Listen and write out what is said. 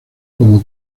como